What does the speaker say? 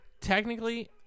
technically